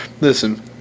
listen